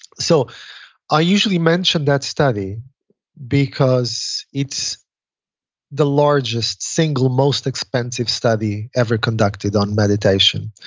so i usually mention that study because it's the largest single most expensive study ever conducted on meditation.